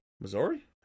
Missouri